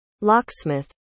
locksmith